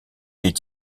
est